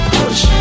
push